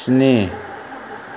स्नि